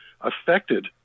affected